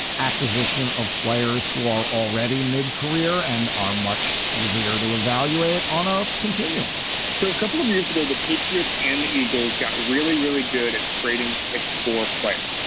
acquisition of players who are already mid career and are much easier to evaluate on a continuum so a couple of years ago the patriots and the eagles got really really good at trading picks for players.